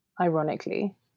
ironically